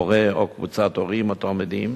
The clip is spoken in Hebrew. הורה או קבוצת הורים או תלמידים,